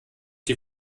die